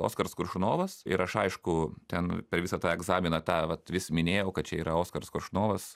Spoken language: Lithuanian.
oskaras koršunovas ir aš aišku ten per visą tą egzaminą tą vat vis minėjau kad čia yra oskaras koršunovas